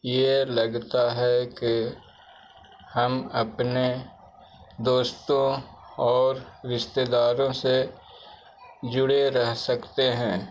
یہ لگتا ہے کہ ہم اپنے دوستوں اور رشتے داروں سے جڑے رہ سکتے ہیں